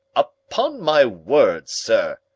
upon my word, sir,